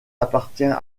appartient